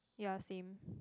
yeah same